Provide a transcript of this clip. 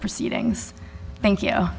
proceedings thank you